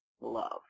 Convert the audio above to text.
love